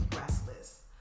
restless